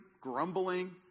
grumbling